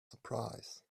surprise